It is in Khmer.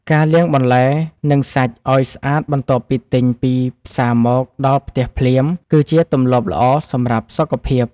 ការលាងបន្លែ និងសាច់ឱ្យស្អាតបន្ទាប់ពីទិញពីផ្សារមកដល់ផ្ទះភ្លាម គឺជាទម្លាប់ល្អសម្រាប់សុខភាព។